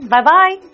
Bye-bye